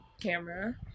camera